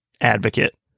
advocate